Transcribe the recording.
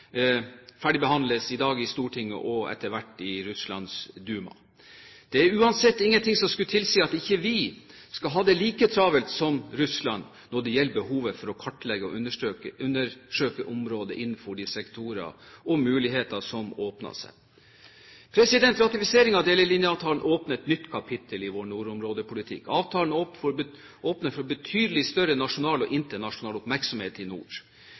ferdigbehandles i dag i Stortinget og etter hvert i Russlands Duma. Det er uansett ingen ting som skulle tilsi at ikke vi skal ha det like travelt som Russland når det gjelder behovet for å kartlegge og undersøke området innenfor de sektorer og de muligheter som åpner seg. Ratifiseringen av delelinjeavtalen åpner et nytt kapittel i vår nordområdepolitikk. Avtalen åpner for betydelig større nasjonal og internasjonal oppmerksomhet i nord.